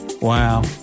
Wow